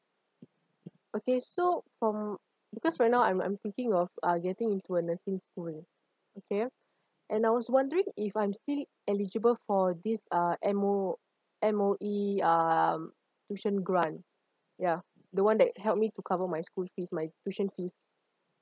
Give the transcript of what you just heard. okay so from because right now I'm I'm thinking of uh getting into a nursing school okay and I was wondering if I'm still eligible for this uh M_O M_O_E um tuition grant ya the one that help me to cover my school fees my tuition fees